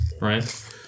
right